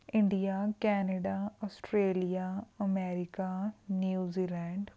India Canada Australia America New Zealand